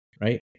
right